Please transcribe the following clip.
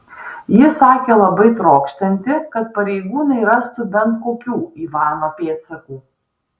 ji sakė labai trokštanti kad pareigūnai rastų bent kokių ivano pėdsakų